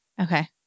Okay